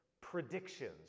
predictions